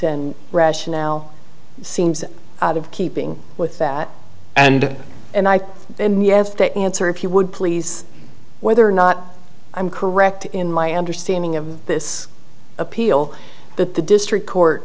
rationale seems out of keeping with that and and i have the answer if you would please whether or not i'm correct in my understanding of this appeal that the district court